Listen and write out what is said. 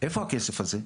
איפה הכסף הזה?